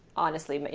honestly, but